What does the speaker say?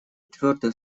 твердо